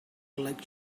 like